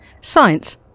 Science